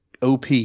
OP